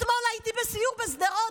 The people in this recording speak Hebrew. אתמול הייתי בסיור בשדרות,